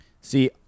See